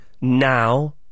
now